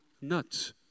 nuts